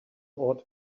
ought